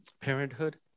Parenthood